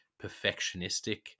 perfectionistic